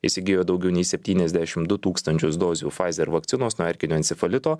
įsigijo daugiau nei septyniasdešimt du tūkstančius dozių pfizer vakcinos nuo erkinio encefalito